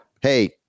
hey